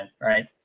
right